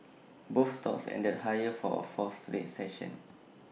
both stocks ended higher for A fourth straight session